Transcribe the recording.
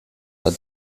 war